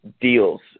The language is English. deals